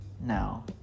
now